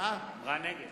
אמרה "נגד".